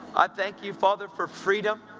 i thank you, father, for freedom,